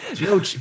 No